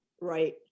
right